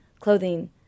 clothing